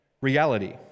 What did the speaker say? reality